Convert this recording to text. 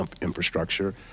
infrastructure